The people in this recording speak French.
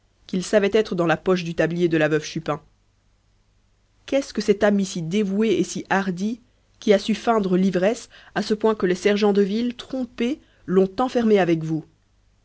qu'il savait être dans la poche du tablier de la veuve chupin qu'est-ce que cet ami si dévoué et si hardi qui a su feindre l'ivresse à ce point que les sergents de ville trompés l'ont enfermé avec vous